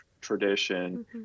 tradition